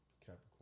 Capricorn